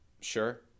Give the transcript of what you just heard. Sure